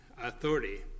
authority